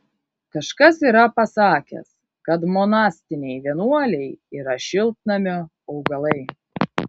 kažkas yra pasakęs kad monastiniai vienuoliai yra šiltnamio augalai